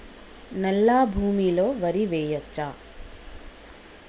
నల్లా భూమి లో వరి వేయచ్చా?